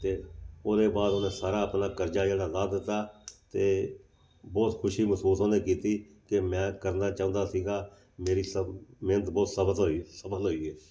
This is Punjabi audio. ਅਤੇ ਉਹਦੇ ਬਾਅਦ ਉਹਨੇ ਸਾਰਾ ਆਪਣਾ ਕਰਜਾ ਜਿਹੜਾ ਲਾਹ ਦਿੱਤਾ ਅਤੇ ਬਹੁਤ ਖੁਸ਼ੀ ਮਹਿਸੂਸ ਉਹਨੇ ਕੀਤੀ ਕਿ ਮੈਂ ਕਰਨਾ ਚਾਹੁੰਦਾ ਸੀਗਾ ਮੇਰੀ ਸਬ ਮਿਹਨਤ ਬਹੁਤ ਸਬਤ ਹੋਈ ਸਫਲ ਹੋਈ ਏ